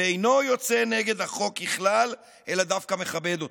ואינו יוצא נגד החוק ככלל אלא דווקא מכבד אותו.